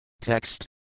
Text